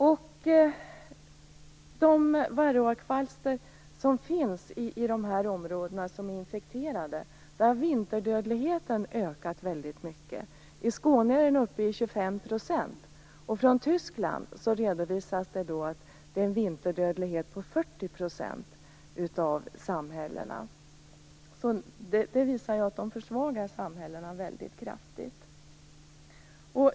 I de områden som infekterats av varroakvalster har vinterdödligheten ökat väldigt mycket. I Skåne är den uppe i 25 %, och från Tyskland redovisas en vinterdödlighet på 40 % i samhällena. Det visar att kvalstret försvagar samhällena väldigt kraftigt.